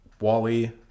Wally